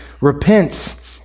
repents